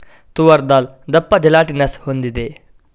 ತೂವರ್ ದಾಲ್ ದಪ್ಪ ಜೆಲಾಟಿನಸ್ ಹೊಂದಿದೆ